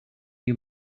you